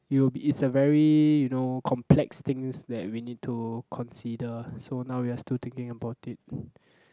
you'll be it's a very you know complex things that we need to consider so now we are still thinking about it